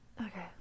okay